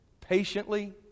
Patiently